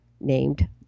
named